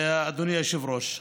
אדוני היושב-ראש.